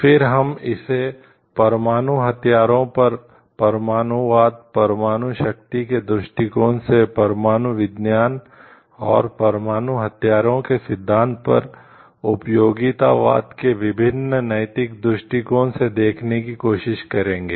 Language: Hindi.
फिर हम इसे परमाणु हथियारों पर परमाणुवाद परमाणु शक्ति के दृष्टिकोण से परमाणु विज्ञान और परमाणु हथियारों के सिद्धांत पर उपयोगितावाद के विभिन्न नैतिक दृष्टिकोणों से देखने की कोशिश करेंगे